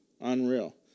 Unreal